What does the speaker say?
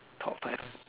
top five